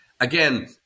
Again